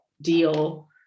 deal